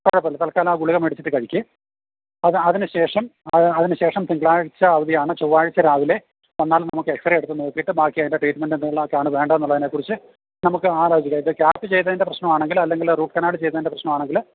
കുഴപ്പമില്ല തൽക്കാലം ആ ഗുളിക മേടിച്ചിട്ട് കഴിക്ക് അത് അതിന് അതിനു ശേഷം അതിനു ശേഷം തിങ്കളാഴ്ച അവധിയാണ് ചൊവ്വാഴ്ച രാവിലെ വന്നാൽ നമുക്ക് എക്സ്റേ എടുത്തു നോക്കിയിട്ട് ബാക്കി അതിൻ്റെ ട്രീറ്റ്മെൻ്റെ എന്തെക്കെയാണ് വേണ്ടത് എന്നുള്ളതിനെ കുറിച്ച് നമുക്ക് ആലോചിക്കാം ഇത് ക്യാപ്പ് ചെയ്തതിൻ്റെ പ്രശ്നമാണെങ്കിൽ അല്ലെങ്കിൽ റൂട്ട് കനാല് ചെയ്തതിൻ്റെ പ്രശ്നമാണെങ്കിൽ